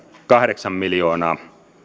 kahdeksan miljoonaa